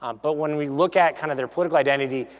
um but when we look at kind of their political identity,